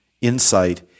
insight